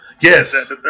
Yes